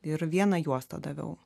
ir vieną juostą daviau